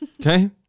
okay